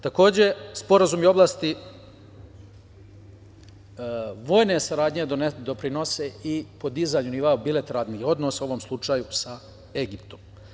Takođe, sporazumi u oblasti vojne saradnje doprinose i podizanju nivoa bilateralnih odnosa, a u ovom slučaju sa Egiptom.